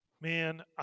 man